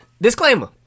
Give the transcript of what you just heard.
disclaimer